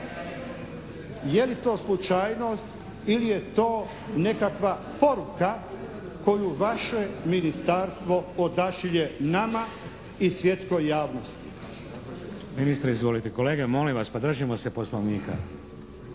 Je li to slučajnost ili je to nekakva poruka koju vaše ministarstvo odašilje nama i svjetskoj javnosti? **Šeks, Vladimir (HDZ)** Ministre izvolite! Kolege molim vas. Pa držimo se Poslovnika.